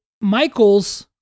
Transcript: Michael's